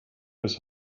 his